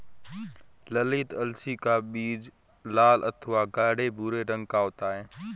ललीत अलसी का बीज लाल अथवा गाढ़े भूरे रंग का होता है